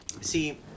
See